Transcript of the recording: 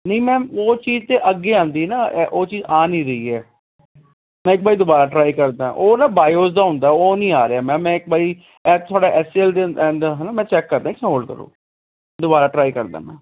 ਨਹੀਂ ਮੈਮ ਉਹ ਚੀਜ਼ ਤਾਂ ਅੱਗੇ ਆਉਂਦੀ ਨਾ ਉਹ ਚੀਜ਼ ਆ ਨਹੀਂ ਰਹੀ ਹੈ ਮੈਂ ਇੱਕ ਵਾਰੀ ਦੁਬਾਰਾ ਟਰਾਈ ਕਰਦਾ ਉਹ ਨਾ ਬਾਇਓਜ ਦਾ ਹੁੰਦਾ ਉਹ ਨਹੀਂ ਆ ਰਿਹਾ ਮੈਮ ਮੈਂ ਇੱਕ ਵਾਰੀ ਥੋੜ੍ਹਾ ਐਕਸੀਅਲ ਦੇ ਅੰਦਰ ਥੋੜ੍ਹਾ ਚੈੱਕ ਕਰਦਾ ਇੱਕ ਸੈਕੰਡ ਹੋਲਡ ਕਰੋ ਦੁਬਾਰਾ ਟਰਾਈ ਕਰਦਾ ਮੈਂ